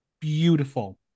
beautiful